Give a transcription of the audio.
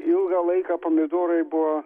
ilgą laiką pomidorai buvo